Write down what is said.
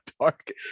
dark